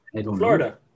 Florida